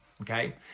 Okay